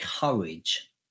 courage